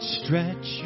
stretch